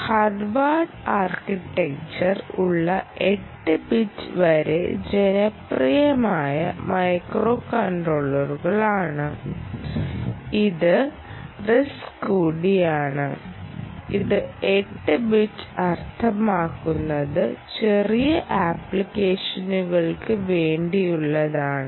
Harvard architecture ഉള്ള 8 bit വളരെ ജനപ്രിയമായ മൈക്രോകൺട്രോളറുകളാണ് ഇത് ഇത് RISC കൂടിയാണ് ഇത് 8 ബിറ്റ് അർത്ഥമാക്കുന്നത് ചെറിയ അപ്ലിക്കേഷനുകൾക്കു വേണ്ടിയുള്ളതാണ്